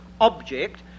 object